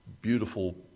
beautiful